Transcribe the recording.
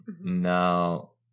now